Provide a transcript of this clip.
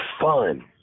fun